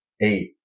eight